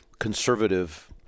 conservative